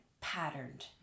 patterned